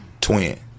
Twin